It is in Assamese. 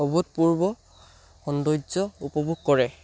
অভূত পূৰ্ব সৌন্দৰ্য উপভোগ কৰে